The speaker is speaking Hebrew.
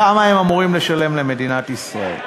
כמה הם אמורים לשלם למדינת ישראל.